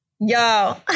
Yo